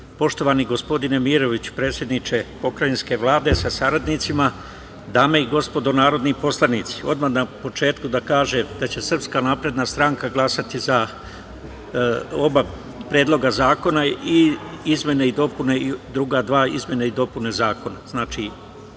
poštovani gospodine Miroviću, predsedniče Pokrajinske Vlade sa saradnicima, dame i gospodo narodni poslanici, odmah na početku da kažem da će SNS, glasati za oba predloga zakona i izmene i dopune, druga dva izmene i dopune zakona.